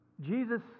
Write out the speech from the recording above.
Jesus